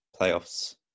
playoffs